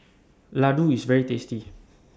Ladoo IS very tasty